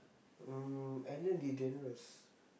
mm Ellen-DeGeneres